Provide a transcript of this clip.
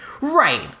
Right